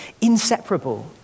inseparable